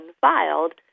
filed